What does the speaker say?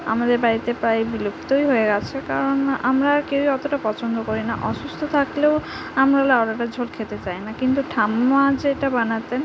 আমাদের বাড়িতে প্রায় বিলুপ্তই হয়ে গেছে কারণ আমরা আর কেউই অতটা পছন্দ করি না অসুস্থ থাকলেও আমরা লাউ ডাঁটার ঝোল খেতে চাই না কিন্তু ঠাম্মা যেটা বানাতেন